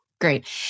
great